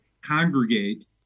congregate